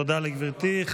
תודה לגברתי.